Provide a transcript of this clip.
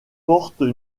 portent